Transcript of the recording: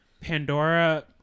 Pandora